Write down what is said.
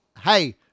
hey